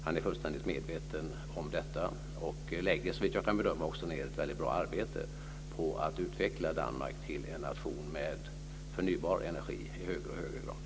Han är fullständigt medveten om detta och lägger såvitt jag kan bedöma också ned ett väldigt bra arbete på att utveckla Danmark till en nation med förnybar energi i allt högre grad.